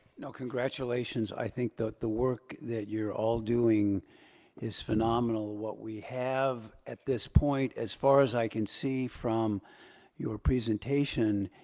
no, congratulations. i think that the work that you're all doing is phenomenal. what we have at this point as far as i can see from your presentation,